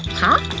huh?